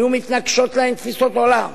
היו מתנגשות להן תפיסות עולם,